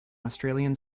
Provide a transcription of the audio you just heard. australian